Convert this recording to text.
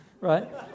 right